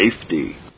safety